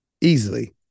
easily